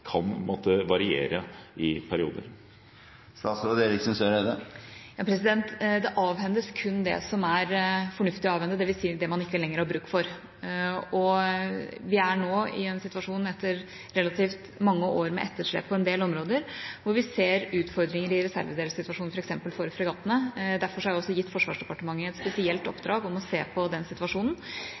kan måtte variere i perioder? Det avhendes kun det som er fornuftig å avhende, dvs. det man ikke lenger har bruk for. Vi er i en situasjon etter relativt mange år med etterslep på en del områder, hvor vi ser utfordringer i reservedelssituasjonen f.eks. for fregattene. Derfor har jeg også gitt Forsvarsdepartementet et spesielt oppdrag om å se på den situasjonen.